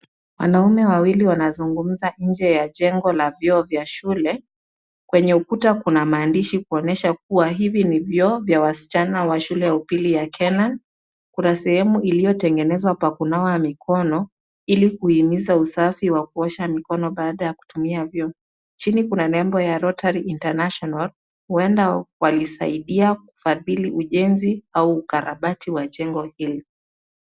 Wanaume wawili wanazungumza nje ya jengo la vyoo vya shule. Kwenye ukuta kuna maandishi kuonyesha kuwa hivi ni vyoo vya wasichana wa shule ya upili ya Kena. Kuna sehemu iliyotengenezwa pa kunawa mikono ili kuhimiza usafi wa kuosha mikono baada ya kutumia vyoo. Chini kuna nembo ya Rotary International huenda walisaidia kufadhili ujenzi au ukarabati wa jengo hili.